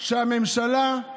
של הממשלה,